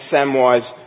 Samwise